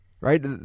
Right